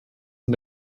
und